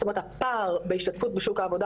זאת אומרת הפער בהשתתפות בשוק העבודה